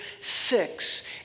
six